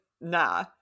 nah